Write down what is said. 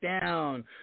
down